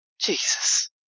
Jesus